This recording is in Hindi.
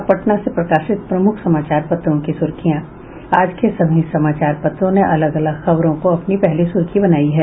अब पटना से प्रकाशित प्रमुख समाचार पत्रों की सुर्खियां आज के सभी समाचार पत्रों ने अलग अलग खबरों को अपनी पहली सुर्खी बनाया है